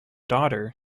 daughter